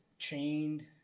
chained